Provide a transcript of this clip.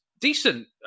decent